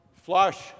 Flush